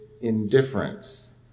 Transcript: indifference